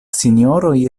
sinjoroj